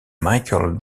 michael